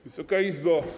Wysoka Izbo!